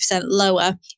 lower